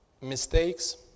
mistakes